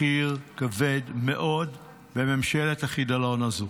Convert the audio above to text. מחיר כבד מאוד בממשלת החידלון הזו.